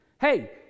Hey